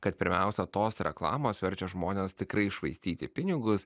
kad pirmiausia tos reklamos verčia žmones tikrai švaistyti pinigus